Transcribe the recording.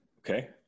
Okay